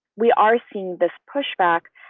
we are seeing this pushback,